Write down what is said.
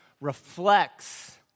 reflects